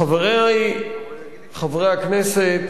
חברי חברי הכנסת,